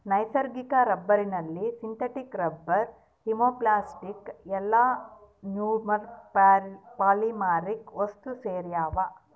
ನೈಸರ್ಗಿಕ ರಬ್ಬರ್ನಲ್ಲಿ synthetic rubber thermoplastic elastomer polymeric ವಸ್ತುಸೇರ್ಯಾವ